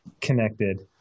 connected